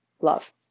Love